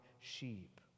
sheep